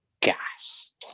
gas